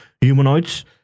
humanoids